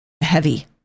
heavy